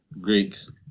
Greeks